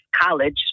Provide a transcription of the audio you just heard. college